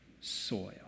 soil